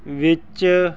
ਵਿੱਚ